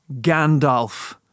Gandalf